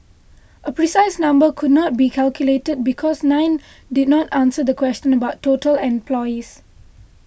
a precise number could not be calculated because nine did not answer the question about total employees